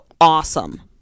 awesome